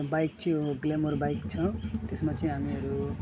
अन्त बाइक चाहिँ हो ग्लेमोर बाइक छ त्यसमा चाहिँ हामीहरू